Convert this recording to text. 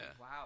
wow